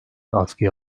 askıya